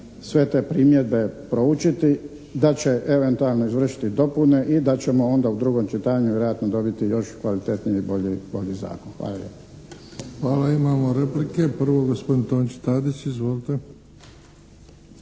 sve te primjedbe proučiti, da će eventualno izvršiti dopune i da ćemo onda u drugom čitanju vjerojatno dobiti još kvalitetniji i bolji zakon. Hvala lijepo. **Bebić, Luka (HDZ)** Hvala. Imamo replike. Prvo gospodin Tonči Tadić. Izvolite.